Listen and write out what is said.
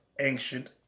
ancient